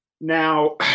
Now